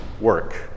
work